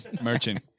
Merchant